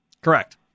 Correct